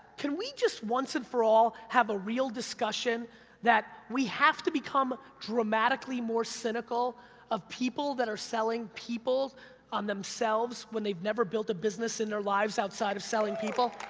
can we just once and for all have a real discussion that we have to become dramatically more cynical of people that are selling people on themselves, when they've never built a business in their lives, outside of selling people?